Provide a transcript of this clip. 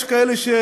יש כאלה,